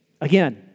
Again